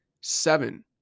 seven